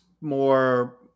more